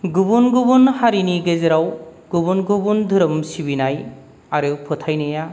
गुबुन गुबुन हारिनि गेजेराव गुबुन गुबुन धोरोम सिबिनाय आरो फोथायनाया